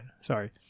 sorry